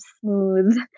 smooth